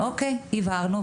אוקיי, אנחנו הבהרנו.